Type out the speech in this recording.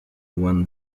won